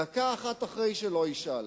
דקה אחת אחרי שלא ישאל.